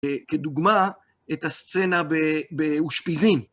כדוגמה, את הסצנה באושפיזין.